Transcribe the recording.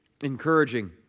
Encouraging